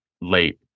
late